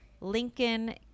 Lincoln